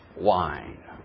wine